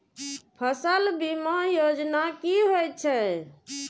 फसल बीमा योजना कि होए छै?